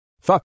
Fuck